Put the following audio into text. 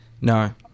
No